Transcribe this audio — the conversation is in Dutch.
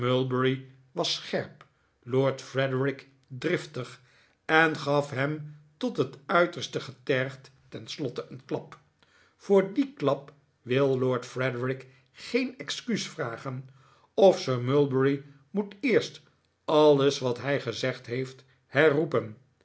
was scherp lord frederik driftig en gaf hem tot het uiterste getergd tenslotte een klap voor dien klap wil lord frederik geen excuus vragen of sir mulberry moet eerst alles wat hij gezegd heeft herroepen